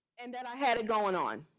and that i had it going on.